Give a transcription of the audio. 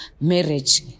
marriage